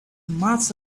must